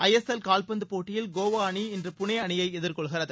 ஐ S L கால்பந்துப் போட்டியில் கோவா அணி இன்று புனே அணியை எதிர்கொள்கிறது